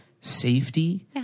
safety